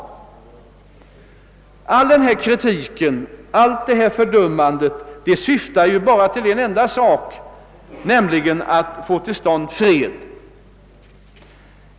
All denna kritik, allt detta fördömande syftar ju bara till en enda sak, nämligen att få till stånd fred.